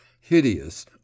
hideous